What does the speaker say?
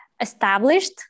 established